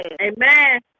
Amen